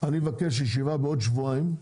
אני מבקש ישיבה בעוד שבועיים,